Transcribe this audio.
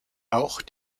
auch